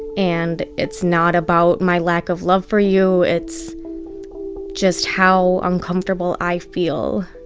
and it's not about my lack of love for you. it's just how uncomfortable i feel.